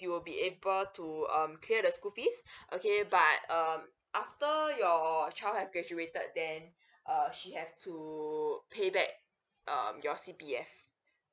you will be able to um clear the school fees okay but um after your child have graduated then uh she has to pay back uh your C_P_F